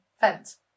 fence